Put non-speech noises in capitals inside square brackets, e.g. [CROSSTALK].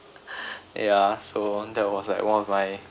[LAUGHS] yeah so that was like one of my